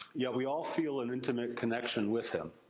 yet we all feel an intimate connection with him.